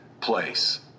place